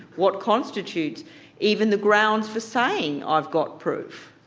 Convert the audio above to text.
what constitutes even the grounds for saying i've got proof?